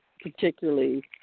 particularly